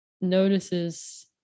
notices